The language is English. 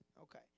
Okay